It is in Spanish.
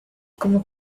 como